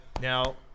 Now